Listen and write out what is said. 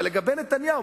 אבל לגבי נתניהו,